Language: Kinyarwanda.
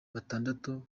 batandatu